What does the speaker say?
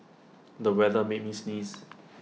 the weather made me sneeze